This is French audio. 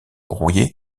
rouillé